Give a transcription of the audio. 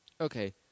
Okay